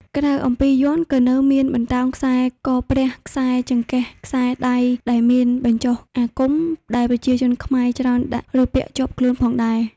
ក្រៅអំពីយ័ន្តក៏នៅមានបន្តោងខ្សែកព្រះខ្សែចង្កេះខ្សែដៃដែលមានបញ្ចុះអាគមដែលប្រជាជនខ្មែរច្រើនដាក់ឬពាក់ជាប់ខ្លួនផងដែរ